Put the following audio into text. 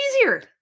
easier